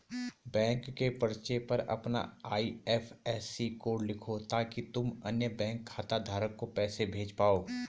bank के पर्चे पर अपना आई.एफ.एस.सी कोड लिखो ताकि तुम अन्य बैंक खाता धारक को पैसे भेज पाओ